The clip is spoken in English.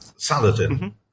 Saladin